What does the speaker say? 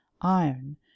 iron